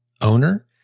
owner